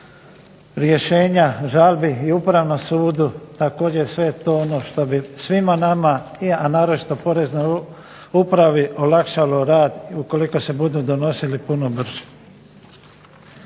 rješenja žalbi i Upravnom sudu, također sve je to ono što bi svima nama, a naročito poreznoj upravi olakšalo rad i ukoliko se budu donosili puno brže.